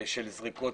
של זריקות